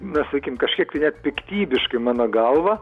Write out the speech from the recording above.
na sakykime kažkiek net piktybiškai mano galva